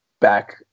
back